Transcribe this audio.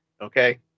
okay